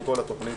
עם כל התוכנית.